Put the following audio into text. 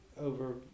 over